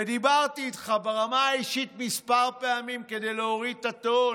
ודיברתי איתך ברמה האישית כמה פעמים כדי להוריד את הטון.